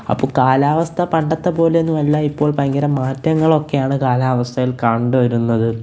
അപ്പോള് കാലാവസ്ഥ പണ്ടത്തെപ്പോലെ ഒന്നുമല്ല ഇപ്പോൾ ഭയങ്കര മാറ്റങ്ങളൊക്കെയാണ് കാലാവസ്ഥയിൽ കണ്ടു വരുന്നത്